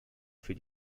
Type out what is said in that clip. für